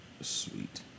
Sweet